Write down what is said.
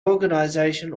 organization